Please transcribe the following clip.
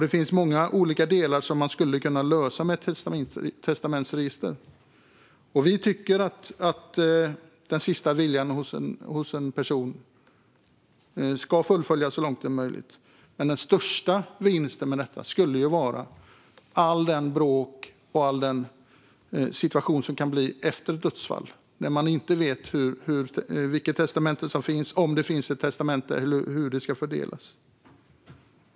Det finns många olika delar som man skulle kunna lösa med ett testamentsregister. Vi tycker att den sista viljan hos en person ska fullföljas så långt det är möjligt. Men den största vinsten med detta skulle vara att undvika allt det bråk och den situation som kan bli efter ett dödsfall när man inte vet vilket testamente som finns, om det finns ett testamente eller hur egendomen ska fördelas.